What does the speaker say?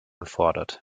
gefordert